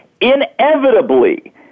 Inevitably